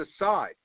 aside